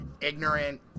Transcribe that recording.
Ignorant